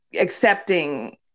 accepting